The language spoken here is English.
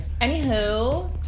Anywho